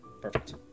Perfect